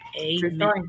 Amen